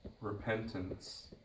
repentance